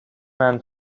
man